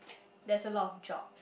there's a lot of job